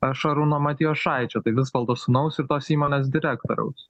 šarūno matjošaičio tai visvaldo sūnaus ir tos įmonės direktoriaus